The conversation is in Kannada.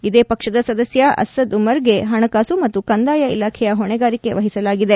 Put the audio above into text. ಇದೇ ಪಕ್ಷದ ಸದಸ್ನ ಅಸ್ತದ್ ಉಮರ್ಗೆ ಹಣಕಾಸು ಮತ್ತು ಕಂದಾಯ ಇಲಾಖೆಯ ಹೊಣೆಗಾರಿಕೆ ವಹಿಸಲಾಗಿದೆ